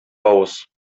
авыз